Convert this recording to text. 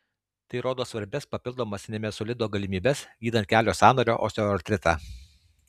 tai rodo svarbias papildomas nimesulido galimybes gydant kelio sąnario osteoartritą